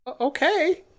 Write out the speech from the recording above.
Okay